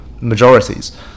majorities